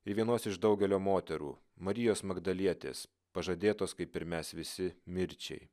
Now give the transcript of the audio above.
ir vienos iš daugelio moterų marijos magdalietės pažadėtos kaip ir mes visi mirčiai